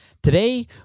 Today